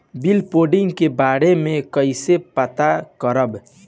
Bill pending के बारे में कईसे पता करब?